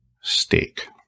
steak